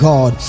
God